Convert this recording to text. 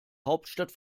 hauptstadt